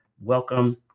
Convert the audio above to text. welcome